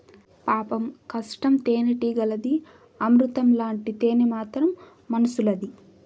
పాపం కష్టం తేనెటీగలది, అమృతం లాంటి తేనె మాత్రం మనుసులది